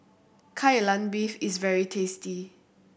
Kai Lan Beef is very tasty